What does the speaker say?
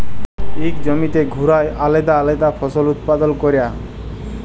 ইক জমিতে ঘুরায় আলেদা আলেদা ফসল উৎপাদল ক্যরা